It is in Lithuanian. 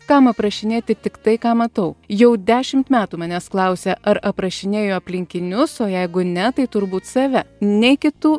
kam aprašinėti tiktai ką matau jau dešimt metų manęs klausia ar aprašinėju aplinkinius o jeigu ne tai turbūt save nei kitų